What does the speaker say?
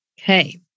Okay